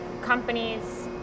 companies